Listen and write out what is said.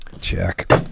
Check